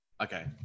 Okay